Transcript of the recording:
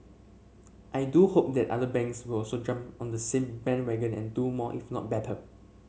I do hope that other banks will also jump on the same bandwagon and do more if not better